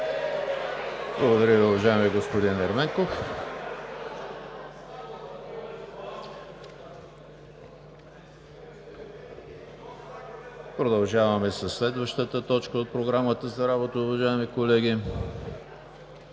Благодаря Ви, господин Ерменков. Продължаваме със следващата точка от Програмата за работа, уважаеми колеги: